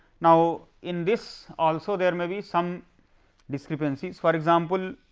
now, in this also there may be some discrepancy for example,